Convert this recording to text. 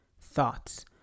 thoughts